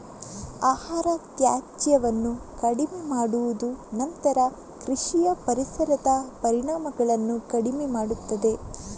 ಆಹಾರ ತ್ಯಾಜ್ಯವನ್ನು ಕಡಿಮೆ ಮಾಡುವುದು ನಂತರ ಕೃಷಿಯ ಪರಿಸರದ ಪರಿಣಾಮಗಳನ್ನು ಕಡಿಮೆ ಮಾಡುತ್ತದೆ